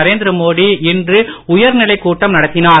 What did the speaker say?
நரேந்திர மோடி இன்று உயர்நிலைக் கூட்டம் நடத்தினார்